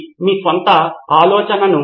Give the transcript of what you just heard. సిద్ధార్థ్ మాతురి మూల లక్షణాలు